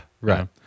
right